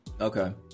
Okay